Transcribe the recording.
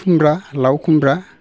खुमब्रा लाव खुमब्रा